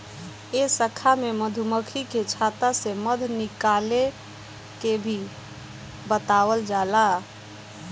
ए शाखा में मधुमक्खी के छता से मध निकाले के भी बतावल जाला